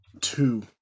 two